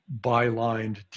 bylined